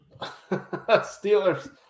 Steelers